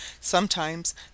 Sometimes